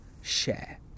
share